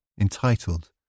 entitled